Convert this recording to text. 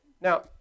Now